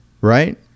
right